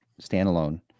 standalone